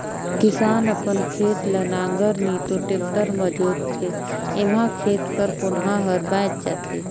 किसान अपन खेत ल नांगर नी तो टेक्टर मे जोतथे एम्हा खेत कर कोनहा हर बाएच जाथे